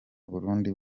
burundi